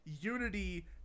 unity